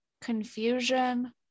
confusion